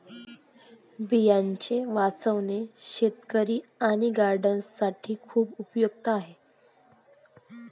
बियांचे वाचवणे शेतकरी आणि गार्डनर्स साठी खूप उपयुक्त आहे